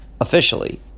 officially